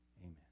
Amen